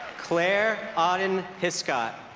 claire audoun hiscott